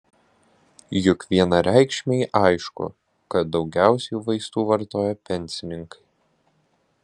juk vienareikšmiai aišku kad daugiausiai vaistų vartoja pensininkai